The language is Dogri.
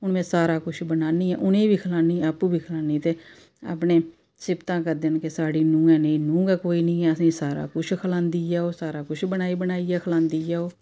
हून में सारा किश बनान्नी आं उ'नें गी खलान्नी आं आपूं बी खन्नी आं ते अपने सिफतां करदे न सारे कि साढ़ी नूहां जेही नूहं गै कोई निं असेंगी सारा किश खलांदी ऐ सारा किश बनाई बनाई खलांदी ऐ ओह्